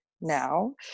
now